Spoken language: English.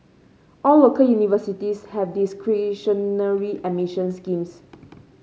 all local universities have discretionary admission schemes